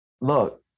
look